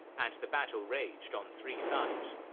and the battle raged on three sides.